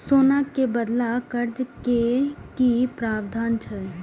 सोना के बदला कर्ज के कि प्रावधान छै?